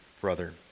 brother